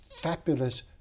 fabulous